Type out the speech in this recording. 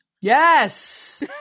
Yes